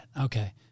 Okay